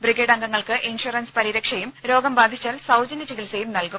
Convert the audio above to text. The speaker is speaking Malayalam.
ബ്രിഗേഡ് അംഗങ്ങൾക്ക് ഇൻഷുറൻസ് പരിരക്ഷയും രോഗം ബാധിച്ചാൽ സൌജന്യ ചികിത്സയും നൽകും